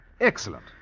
Excellent